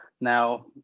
now